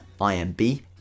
IMB